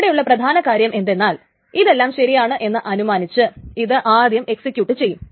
ഇവിടെയുള്ള പ്രധാന കാര്യം എന്തെന്നാൽ ഇതെല്ലാം ശരിയാണ് എന്ന് അനുമാനിച്ച് ഇത് ആദ്യം എക്സ്സിക്യൂട്ട് ചെയ്യും